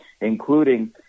including –